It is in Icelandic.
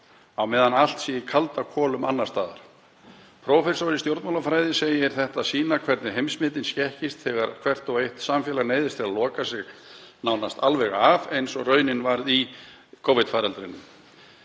á meðan allt sé í kalda kolum annars staðar. Prófessor í stjórnmálafræði segir þetta sýna hvernig heimsmyndin skekkist þegar hvert og eitt samfélag neyðist til að loka sig nánast alveg af eins og raunin varð í faraldrinum.